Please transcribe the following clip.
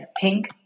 pink